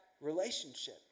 relationship